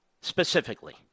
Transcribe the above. specifically